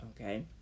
okay